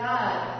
God